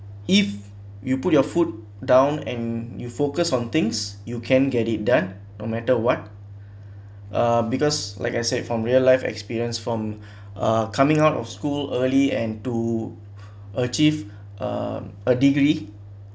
if you put your foot down and you focus on things you can get it done no matter what uh because like I said from real-life experience from are coming out of school early and to achieve a degree